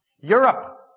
Europe